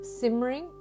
simmering